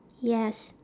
yes